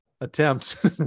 attempt